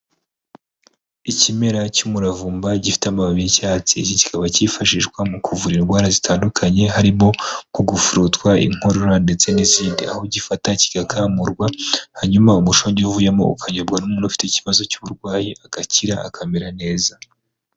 Ikimera cy'umuravumba gifite amababi y'icyatsi. Iki kikaba cyifashishwa mu kuvura indwara zitandukanye harimo nko gufurutwa, inkorora ndetse n'izindi, aho ugifata kigakamurwa hanyuma umushongi uvuyemo ukanyobwa n'umuntu ufite ikibazo cy'uburwayi agakira akamera neza.